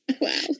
Wow